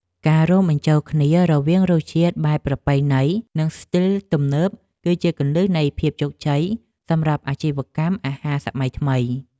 ការរួមបញ្ចូលគ្នារវាងរសជាតិបែបប្រពៃណីនិងស្ទីលទំនើបគឺជាគន្លឹះនៃភាពជោគជ័យសម្រាប់អាជីវកម្មអាហារសម័យថ្មី។